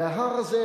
ההר הזה,